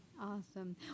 Awesome